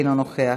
אינו נוכח,